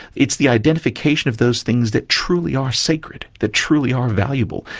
it's the identification of those things that truly are sacred, that truly are valuable,